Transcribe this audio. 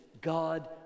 God